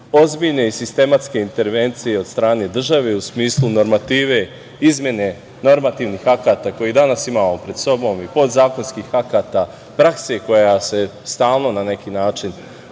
ozbiljne i sistematske intervencije od strane države u smislu normative, izmene normativnih akata koje danas imamo pred sobom i podzakonskih akata, prakse koja se stalno na neki način